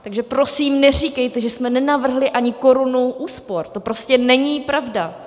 Takže prosím neříkejte, že jsme nenavrhli ani korunu úspor, to prostě není pravda.